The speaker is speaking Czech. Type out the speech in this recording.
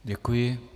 Děkuji.